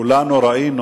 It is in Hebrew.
כולנו ראינו